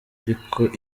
ariko